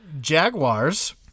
Jaguars